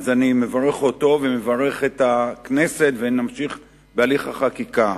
אני מברך אותו ומברך את הכנסת ונמשיך בהליך החקיקה.